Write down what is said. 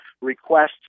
requests